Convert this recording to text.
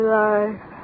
life